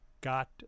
got